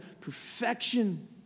perfection